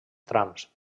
trams